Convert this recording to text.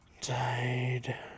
Died